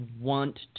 want